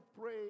pray